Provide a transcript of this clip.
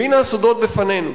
והנה הסודות בפנינו,